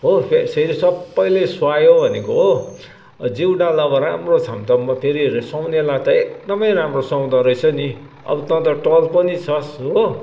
हो फेरि सबैले सुहायो भनेको हो जिउडाल अब राम्रो छ भने त फेरि सुहाउनेलाई त एकदमै राम्रो सुहाउँदो रहेछ नि अब तँ त टल पनि छस् हो